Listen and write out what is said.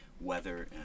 weather